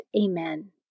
Amen